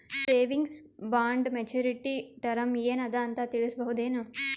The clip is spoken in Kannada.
ಸೇವಿಂಗ್ಸ್ ಬಾಂಡ ಮೆಚ್ಯೂರಿಟಿ ಟರಮ ಏನ ಅದ ಅಂತ ತಿಳಸಬಹುದೇನು?